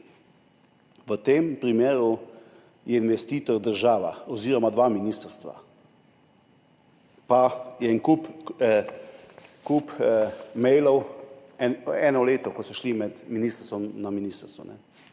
V tem primeru je investitor država oziroma dve ministrstvi pa je en kup mailov, eno leto so se pošiljali z ministrstva na ministrstvo.